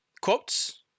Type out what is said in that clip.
quotes